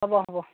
হ'ব হ'ব